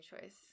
choice